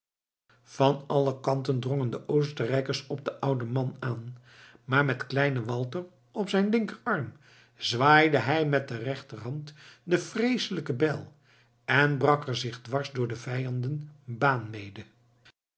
van alle kanten drongen de oostenrijkers op den ouden man aan maar met kleinen walter op den linkerarm zwaaide hij met de rechterhand de vreeselijke bijl en brak er zich dwars door de vijanden baan mede